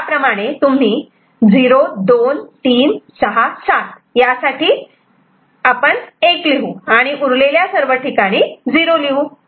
याप्रमाणे 0 2 3 6 7 साठी आपण 1 लिहू आणि उरलेल्या सर्व ठिकाणी 0 लिहू